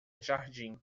jardim